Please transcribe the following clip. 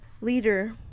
leader